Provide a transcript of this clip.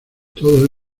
todos